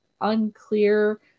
unclear